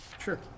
sure